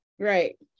Right